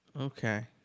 Okay